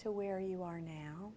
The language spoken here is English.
to where you are now